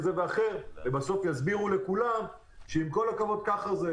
ובסוף יסבירו לכולם שעם כל הכבוד ככה זה.